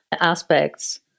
aspects